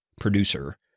producer